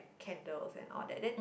candles and all that then